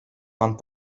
pan